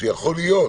יכול להיות